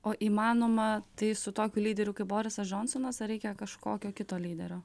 o įmanoma tai su tokiu lyderiu kaip borisas džonsonas ar reikia kažkokio kito lyderio